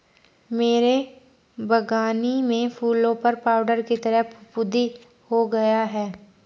मेरे बगानी में फूलों पर पाउडर की तरह फुफुदी हो गया हैं